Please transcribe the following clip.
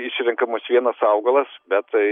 išrenkamas vienas augalas bet tai